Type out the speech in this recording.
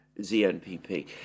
ZNPP